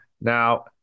Now